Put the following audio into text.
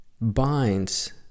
binds